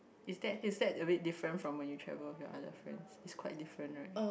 is that is that a bit different from when you travel with your other friends it's quite different right